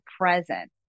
present